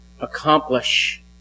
accomplish